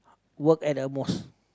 work at a mosque